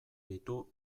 ditu